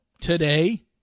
today